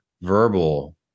verbal